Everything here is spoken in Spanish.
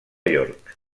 york